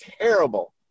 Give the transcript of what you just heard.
terrible